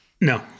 No